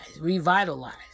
revitalized